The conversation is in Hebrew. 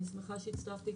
אני שמחה שהצטרפתי.